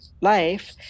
life